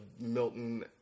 Milton